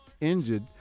injured